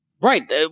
Right